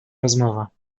rozmowa